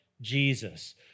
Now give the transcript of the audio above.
Jesus